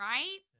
Right